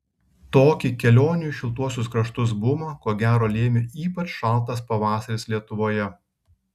tokį kelionių į šiltuosius kraštus bumą ko gero lėmė ypač šaltas pavasaris lietuvoje